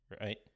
right